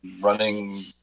running